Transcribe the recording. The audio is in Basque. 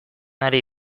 ari